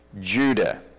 Judah